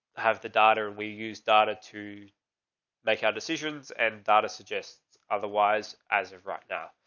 have the daughter, we use data to make our decisions and data suggests otherwise, as of right now,